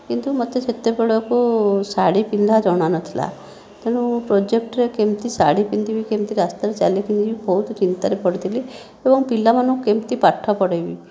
କିନ୍ତୁ ମୋତେ ସେତେବେଳକୁ ଶାଢ଼ୀ ପିନ୍ଧା ଜଣାନଥିଲା ତେଣୁ ପ୍ରୋଜେକ୍ଟରେ କେମିତି ଶାଢ଼ୀ ପିନ୍ଧିବି କେମିତି ରାସ୍ତାରେ ଚାଲିକି ଯିବି ବହୁତ ଚିନ୍ତାରେ ପଡ଼ିଥିଲି ଏବଂ ପିଲାମାନଙ୍କୁ କେମିତି ପାଠ ପଢ଼ାଇବି